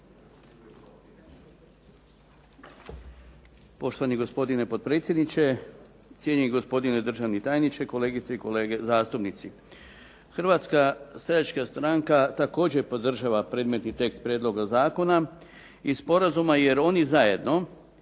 Poštovani gospodine potpredsjedniče, cijenjeni gospodine državni tajniče, kolegice i kolege zastupnici. Hrvatska seljačka stranka također podržava predmetni tekst prijedloga zakona i sporazuma jer oni zajedno